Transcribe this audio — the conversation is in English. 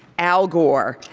al gore.